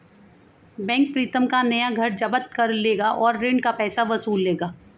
bank Pritam का नया घर जब्त कर लेगा और ऋण का पैसा वसूल लेगा